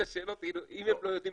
לא,